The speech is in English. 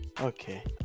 Okay